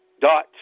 dot